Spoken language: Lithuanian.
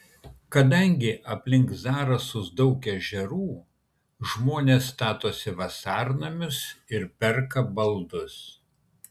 kadangi aplink zarasus daug ežerų žmonės statosi vasarnamius ir perka baldus